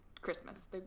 Christmas